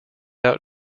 out